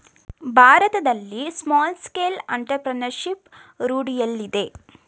ಭಾರತದಲ್ಲಿ small scale entrepreneurship ರೂಢಿಯಲ್ಲಿದೆ